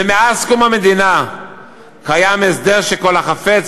ומאז קום המדינה קיים הסדר שכל החפץ